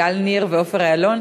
גל ניר ועופר איילון,